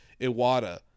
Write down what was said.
iwata